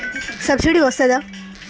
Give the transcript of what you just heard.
Subsidy వస్తదా?